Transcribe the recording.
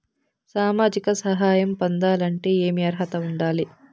సామాజిక సహాయం పొందాలంటే ఏమి అర్హత ఉండాలి?